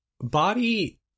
body